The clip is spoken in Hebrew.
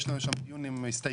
יש שם דיון עם הסתייגויות,